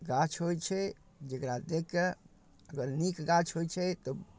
गाछ होइ छै जकरा देखि कऽ अगर नीक गाछ होइ छै तऽ